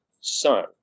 son